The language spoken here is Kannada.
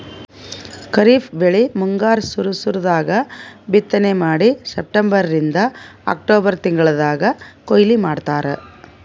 ಖರೀಫ್ ಬೆಳಿ ಮುಂಗಾರ್ ಸುರು ಸುರು ದಾಗ್ ಬಿತ್ತನೆ ಮಾಡಿ ಸೆಪ್ಟೆಂಬರಿಂದ್ ಅಕ್ಟೋಬರ್ ತಿಂಗಳ್ದಾಗ್ ಕೊಯ್ಲಿ ಮಾಡ್ತಾರ್